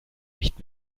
nicht